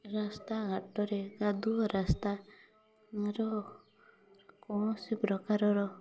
ରାସ୍ତା ଘାଟରେ କାଦୁଅ ରାସ୍ତା ଘର କୌଣସି ପ୍ରକାରର